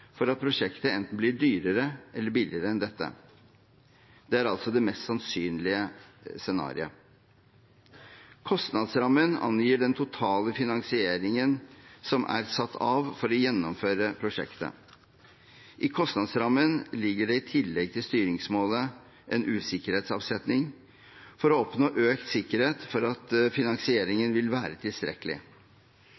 for at prosjektet enten blir dyrere eller billigere enn dette – det er altså det mest sannsynlige scenarioet. Kostnadsrammen angir den totale finansieringen som er satt av for å gjennomføre prosjektet. I kostnadsrammen ligger det i tillegg til styringsmålet en usikkerhetsavsetning for å oppnå økt sikkerhet for at